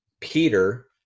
Peter